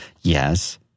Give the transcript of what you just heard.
Yes